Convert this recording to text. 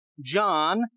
John